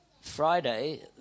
Friday